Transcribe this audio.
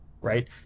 right